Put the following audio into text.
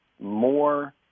more